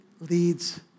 leads